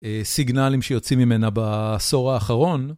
סיגנלים שיוצאים ממנה בעשור האחרון.